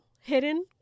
hidden